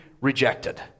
rejected